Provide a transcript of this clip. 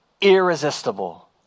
irresistible